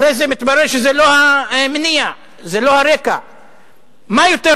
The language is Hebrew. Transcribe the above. אחרי זה מתברר שזה לא המניע, זה לא הרקע.